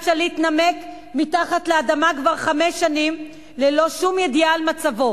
שליט נמק מתחת לאדמה כבר חמש שנים ללא שום ידיעה על מצבו.